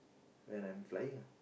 when I'm flying lah